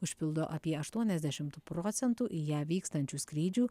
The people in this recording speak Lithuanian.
užpildo apie aštuoniasdešimt procentų į ją vykstančių skrydžių